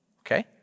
Okay